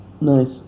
Nice